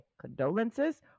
condolences